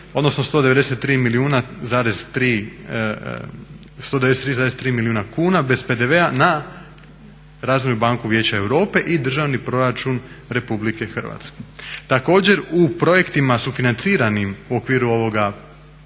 odnosno 193,3 milijuna kuna bez PDV-a na Razvojnu banku Vijeća Europe i državni proračun Republike Hrvatske. Također u projektima sufinanciranim u okviru ovoga